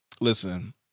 listen